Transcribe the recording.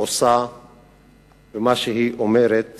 עושה ומה שהיא אומרת